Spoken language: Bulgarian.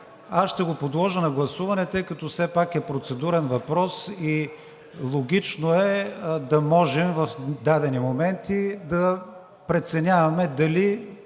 Аз ще го подложа на гласуване, тъй като все пак е процедурен въпрос и логично е да можем в дадени моменти да преценяваме дали,